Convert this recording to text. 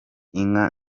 inka